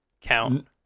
count